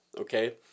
okay